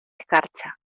escarcha